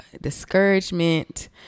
discouragement